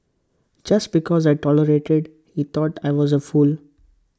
just because I tolerated he thought I was A fool